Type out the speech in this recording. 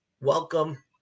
Welcome